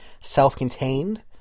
self-contained